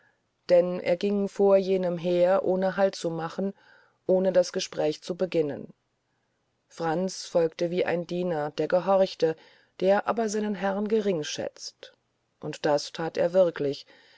denn er ging vor jenem her ohne halt zu machen ohne das gespräch zu beginnen franz folgte wie ein diener der gehorcht der aber seinen herrn geringschätzt und das that er wirklich